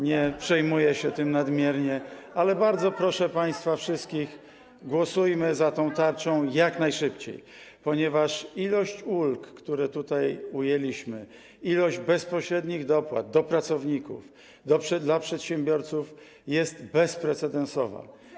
Nie przejmuję się tym nadmiernie, ale bardzo proszę państwa wszystkich, głosujmy za tą tarczą jak najszybciej, ponieważ ilość ulg, które tutaj ujęliśmy, ilość bezpośrednich dopłat do pracowników, dla przedsiębiorców jest bezprecedensowa.